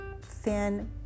thin